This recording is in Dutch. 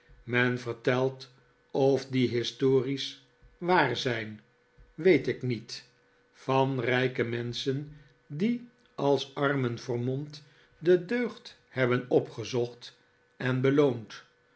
men vertelt of die histories waar zijn weet ik niet van rijke menschen die als armen vermomd de'deugd hebben opgezocht en beloond